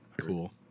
cool